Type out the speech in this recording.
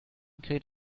kräht